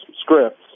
scripts